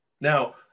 now